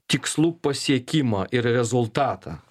tikslų pasiekimą ir rezultatą